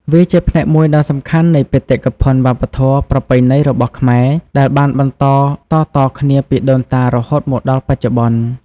វាជាផ្នែកមួយដ៏សំខាន់នៃបេតិកភណ្ឌវប្បធម៌ប្រពៃណីរបស់ខ្មែរ ដែលបានបន្តតៗគ្នាពីដូនតារហូតមកដល់បច្ចុប្បន្ន។